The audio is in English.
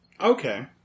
Okay